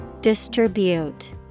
Distribute